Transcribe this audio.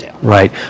Right